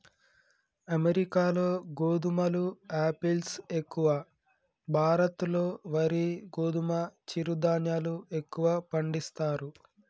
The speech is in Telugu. అమెరికాలో గోధుమలు ఆపిల్స్ ఎక్కువ, భారత్ లో వరి గోధుమ చిరు ధాన్యాలు ఎక్కువ పండిస్తారు